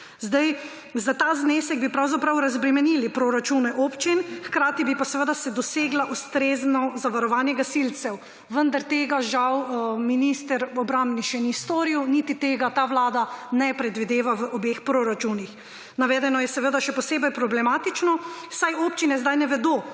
Za ta znesek bi pravzaprav razbremenili proračune občin, hkrati pa bi se doseglo ustrezno zavarovanje gasilcev. Vendar tega žal obrambni minister še ni storil niti tega ta vlada ne predvideva v obeh proračunih. Navedeno je še posebej problematično, saj občine zdaj ne vedo,